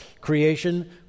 creation